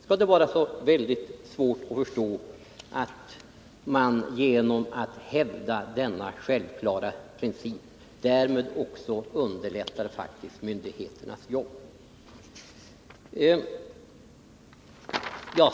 Skall det vara så svårt att förstå att vi genom att hävda denna självklara princip faktiskt också underlättar myndigheternas jobb.